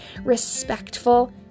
respectful